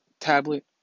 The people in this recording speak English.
tablet